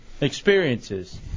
experiences